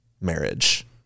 marriage